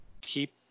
keep